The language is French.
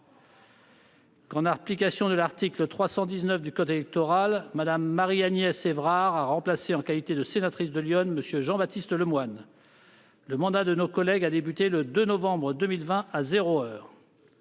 en application de l'article L.O. 319 du code électoral, Mme Marie-Agnès Evrard a remplacé, en qualité de sénatrice de l'Yonne, M. Jean Baptiste Lemoyne. Le mandat de nos collègues a débuté le 2 novembre 2020, à zéro heure.